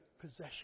possession